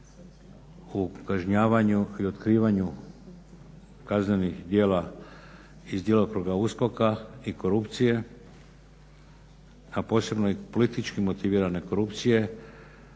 u kažnjavanju i otkrivanju kaznenih djela iz djelokruga USKOK-a i korupcije, a posebno i politički motivirane korupcije